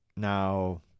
Now